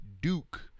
Duke